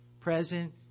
present